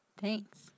Thanks